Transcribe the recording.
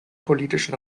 politischen